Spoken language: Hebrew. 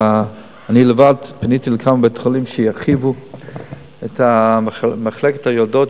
אני בעצמי פניתי לכמה בתי-חולים שירחיבו את מחלקת היולדות.